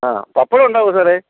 ആ പപ്പടമുണ്ടാവുമോ സാറേ